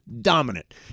dominant